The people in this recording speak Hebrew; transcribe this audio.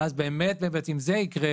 ואם זה יקרה